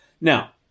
Now